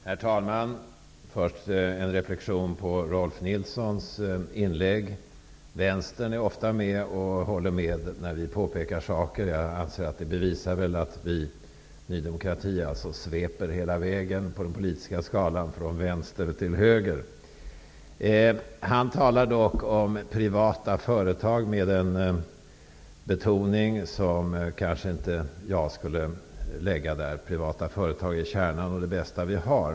Herr talman! Jag vill först göra en reflexion över Rolf L Nilsons inlägg. Vänstern håller ofta med när vi påpekar saker. Jag anser att det bevisar att Ny demokrati sveper hela vägen på den politiska skalan -- från vänster till höger. Rolf L Nilson talar dock om privata företag med en betoning som jag kanske inte skulle använda. Privata företag är kärnan i ekonomin och det bästa vi har.